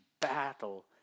battle